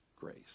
grace